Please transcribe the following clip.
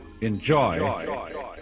enjoy